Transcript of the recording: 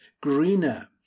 greener